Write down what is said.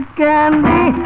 candy